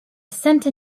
center